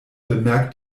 bemerkt